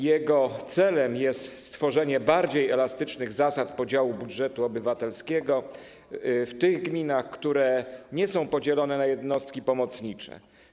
Jego celem jest stworzenie bardziej elastycznych zasad podziału budżetu obywatelskiego w tych gminach, które nie są podzielone na jednostki pomocnicze.